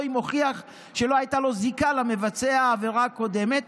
או אם הוכיח שלא הייתה לו זיקה למבצע העבירה הקודמת